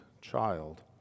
child